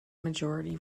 majority